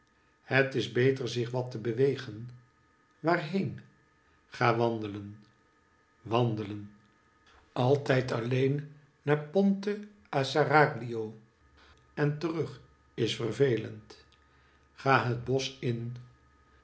het is beter zich wat te bewegen waarheen ga wandelen wandelen altijd alleen naar ponte a serraglio en terug is vervelend ga het bosch in